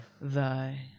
thy